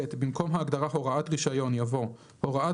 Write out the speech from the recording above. במקום ההגדרה "הוראת רישיון" יבוא: ""הוראת